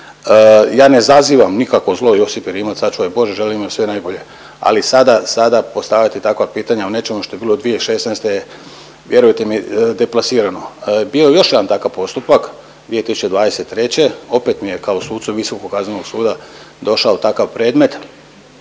Ja ne zazivam nikakvo zlo Josipi Rimac, sačuvaj Bože želim joj sve najbolje, ali sada postavljati takva pitanja o nečemu što je bilo 2016. je vjerujte mi deplasirano. Bio je još jedan takav postupak 2023., opet mi je kao sucu Visokog kaznenog suda došao takav predmet